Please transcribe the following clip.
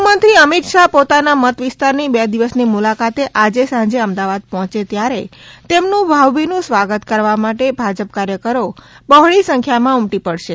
ગૃહ મંત્રી અમિત શાહ પોતાના મત વિસ્તારની બે દિવસની મુલાકાતે આજે સાંજે અમદાવાદ પહોચે ત્યારે તેમનું ભાવભીનું સ્વાગત કરવા માટે ભાજપ કાર્યકરો બહોળી સંખ્યામાં ઉમટી પડશે